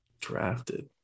drafted